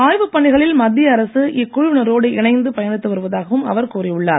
ஆய்வுப் பணிகளில் மத்திய அரசு இக்குழுவினரோடு இணைந்து பயணித்து வருவதாகவும் அவர் கூறி உள்ளார்